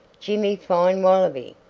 jimmy fine wallaby.